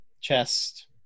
chest